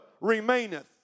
remaineth